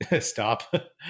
stop